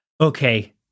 okay